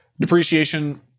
depreciation